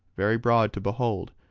very broad to behold,